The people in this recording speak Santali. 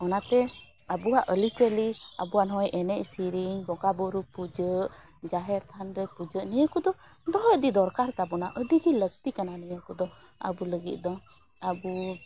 ᱚᱱᱟᱛᱮ ᱟᱵᱚᱣᱟᱜ ᱟᱹᱨᱤᱪᱟᱹᱞᱤ ᱟᱵᱚᱣᱟᱜ ᱱᱚᱜᱼᱚᱭ ᱮᱱᱮᱡ ᱥᱤᱨᱤᱧ ᱵᱚᱸᱜᱟᱼᱵᱩᱨᱩ ᱯᱩᱡᱟᱹᱜ ᱡᱟᱦᱮᱨ ᱛᱷᱟᱱᱨᱮ ᱯᱩᱡᱟᱹᱜ ᱱᱤᱭᱟᱹ ᱠᱚᱫᱚ ᱫᱚᱦᱚ ᱤᱫᱤ ᱫᱚᱨᱠᱟᱨ ᱛᱟᱵᱚᱱᱟ ᱟᱹᱰᱤᱜᱤ ᱞᱟᱹᱠᱛᱤ ᱠᱟᱱᱟ ᱱᱤᱭᱟᱹ ᱠᱚᱫᱚ ᱟᱵᱚ ᱞᱟᱹᱜᱤᱫ ᱫᱚ ᱟᱵᱚ